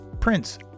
Prince